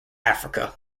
africa